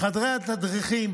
בחדרי התדריכים,